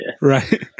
right